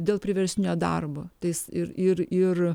dėl priverstinio darbo tais ir ir ir